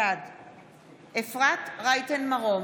בעד אפרת רייטן מרום,